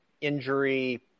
injury